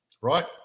right